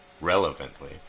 relevantly